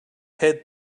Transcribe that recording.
head